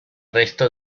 resto